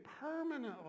permanently